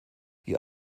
ihr